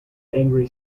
angry